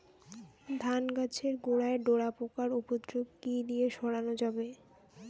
ধান গাছের গোড়ায় ডোরা পোকার উপদ্রব কি দিয়ে সারানো যাবে?